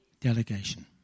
delegation